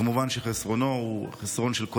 כמובן, חסרונו הוא חסרון כל העם.